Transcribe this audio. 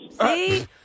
See